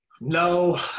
No